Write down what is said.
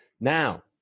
Now